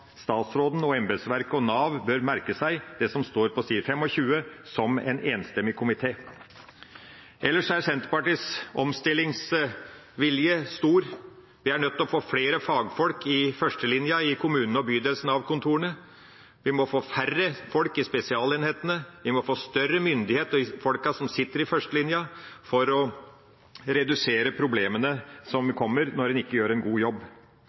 statsråden, embetsverket og Nav bør merke seg, det som står på side 25, som sies av en enstemmig komité. Ellers er Senterpartiets omstillingsvilje stor. Vi er nødt til å få flere fagfolk i førstelinja i Nav-kontorene i kommunene og bydelene, vi må få færre folk i spesialenhetene, og vi må gi større myndighet til folkene som sitter i førstelinja for å redusere problemene som kommer når en ikke gjør en god jobb.